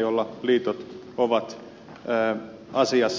jolla liitot ovat asiassa painostaneet astu voimaan